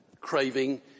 craving